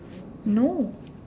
no